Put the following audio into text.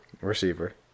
receiver